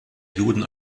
juden